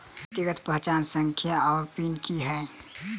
व्यक्तिगत पहचान संख्या वा पिन की है?